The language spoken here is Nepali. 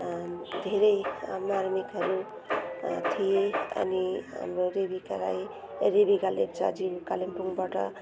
धेरै मार्मिकहरू थिएँ अनि रेबिका राई रेबिका लेप्चाजी कालिम्पोङबाट